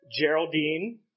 Geraldine